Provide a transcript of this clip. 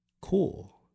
Cool